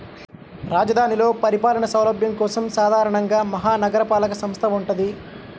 రాజధానిలో పరిపాలనా సౌలభ్యం కోసం సాధారణంగా మహా నగరపాలక సంస్థ వుంటది